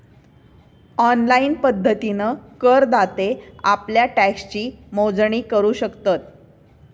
online पद्धतीन करदाते आप्ल्या टॅक्सची मोजणी करू शकतत